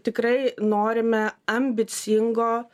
tikrai norime ambicingo